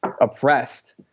oppressed